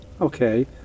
okay